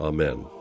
Amen